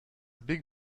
big